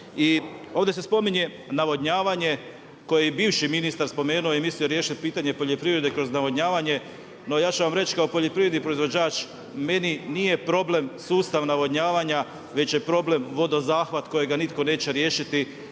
ovdje se spominje navodnjavanje koji je bivši ministar spomenuo i mislio riješiti pitanje poljoprivrede kroz navodnjavanje. No ja ću vam reći kao poljoprivredni proizvođač, meni nije problem sustav navodnjavanja već je problem vodozahvat kojega nitko neće riješiti